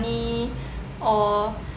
or